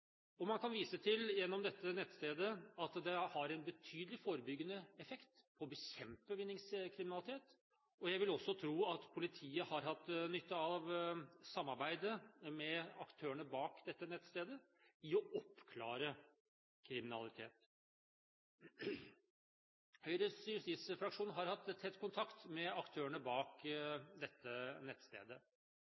Man kan gjennom dette nettstedet vise til at det har en betydelig forebyggende effekt på å bekjempe vinningskriminalitet, og jeg vil også tro at politiet har hatt nytte av samarbeidet med aktørene bak dette nettstedet, i å oppklare kriminalitet. Høyres justisfraksjon har hatt tett kontakt med aktørene bak dette nettstedet,